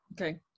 Okay